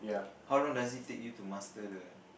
how long does it take you to master the